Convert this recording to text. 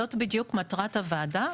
זאת בדיוק מטרת הוועדה,